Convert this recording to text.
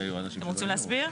אתם רוצים להסביר?